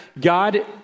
God